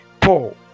Paul